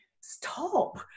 stop